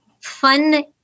fun